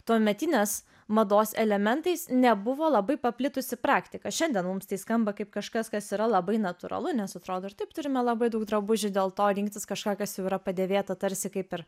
tuometinės mados elementais nebuvo labai paplitusi praktika šiandien mums tai skamba kaip kažkas kas yra labai natūralu nes atrodo taip turime labai daug drabužių dėl to rinktis kažką kas jau yra padėvėta tarsi kaip ir